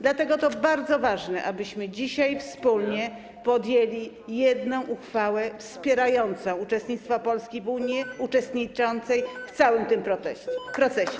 Dlatego to bardzo ważne, abyśmy dzisiaj wspólnie podjęli jedną uchwałę wspierającą uczestnictwo Polski w Unii, uczestnictwo w całym tym procesie.